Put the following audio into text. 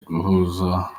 guhozaho